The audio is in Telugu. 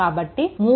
కాబట్టి 3